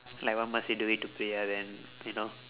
like what must we do it to priya then you know